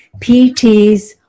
PTs